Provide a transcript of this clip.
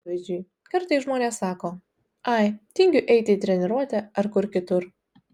pavyzdžiui kartais žmonės sako ai tingiu eiti į treniruotę ar kur kitur